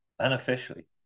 unofficially